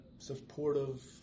supportive